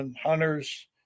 hunters